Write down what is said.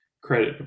credit